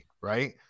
right